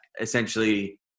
essentially